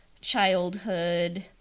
childhood